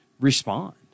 respond